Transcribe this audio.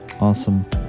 awesome